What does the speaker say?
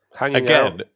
again